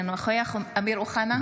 אינו נוכח אמיר אוחנה,